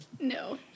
No